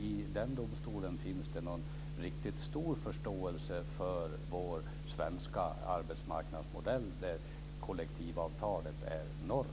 I den domstolen finns det inte någon riktigt stor förståelse för vår svenska arbetsmarknadsmodell där kollektivavtalet är norm.